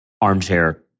armchair